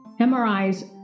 MRIs